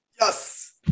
Yes